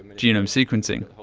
genome sequencing,